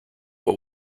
what